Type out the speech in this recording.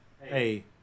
hey